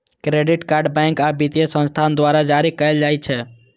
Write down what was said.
credit card bank आ वित्तीय संस्थान द्वारा जारी कैल जाइ छै